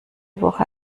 woche